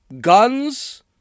guns